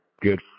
good